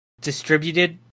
distributed